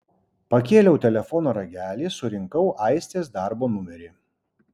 pakėliau telefono ragelį surinkau aistės darbo numerį